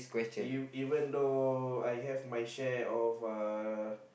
E even though I have my share of uh